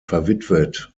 verwitwet